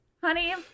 honey